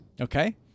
Okay